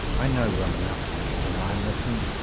i know well enough that, when i am with him,